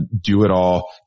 do-it-all